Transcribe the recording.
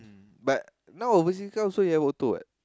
but now overseas car also you have auto what